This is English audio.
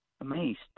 amazed